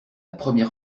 première